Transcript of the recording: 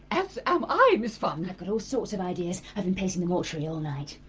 and so am i, miss funn! i've got all sorts of ideas! i've been pacing the mortuary all night!